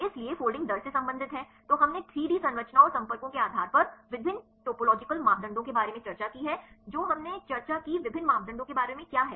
इसलिए फोल्डिंग दर से संबंधित है तो हमने 3 डी संरचनाओं और संपर्कों के आधार पर विभिन्न टोपोलॉजिकल मापदंडों के बारे में चर्चा की है जो हमने चर्चा की विभिन्न मापदंडों के बारे में क्या हैं